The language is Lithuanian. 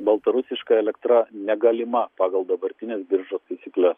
baltarusiška elektra negalima pagal dabartines biržos taisykles